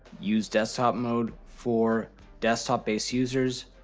use desktop mode for desktop-based users.